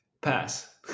Pass